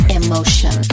emotion